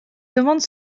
demande